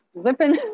zipping